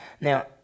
Now